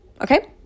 okay